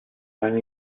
seine